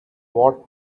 what